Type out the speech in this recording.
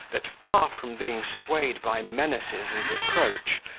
that, far from being swayed by menaces and reproach,